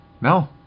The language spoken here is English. No